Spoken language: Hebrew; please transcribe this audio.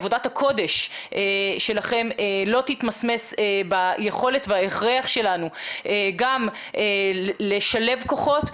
עבודת הקודש שלכם לא תתמסמס ביכולת ובהכרח שלנו גם לשלב כוחות,